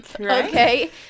okay